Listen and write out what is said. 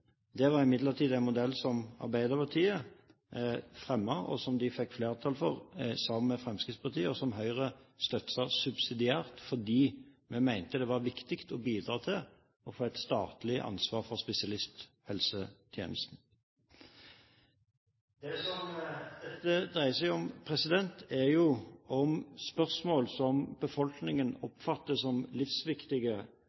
Det var imidlertid en modell som Arbeiderpartiet fremmet, som de fikk flertall for sammen med Fremskrittspartiet, og som Høyre støttet subsidiært fordi vi mente det var viktig å bidra til å få et statlig ansvar for spesialisthelsetjenesten. Det som dette dreier seg om, er om spørsmål som befolkningen